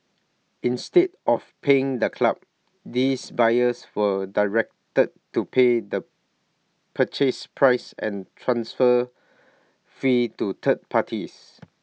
instead of paying the club these buyers were directed to pay the purchase price and transfer fee to third parties